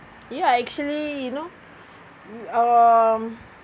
ya actually you know um